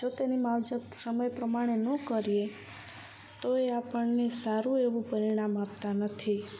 તો તેની માવજત સમય પ્રમાણે ન કરીએ તો એ આપણને સારું એવું પરિણામ આપતાં નથી